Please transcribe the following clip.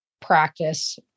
practice